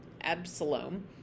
Absalom